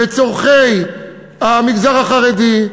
בצורכי המגזר החרדי,